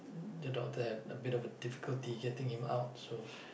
the doctor have a bit of a difficulty getting him out so